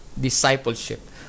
discipleship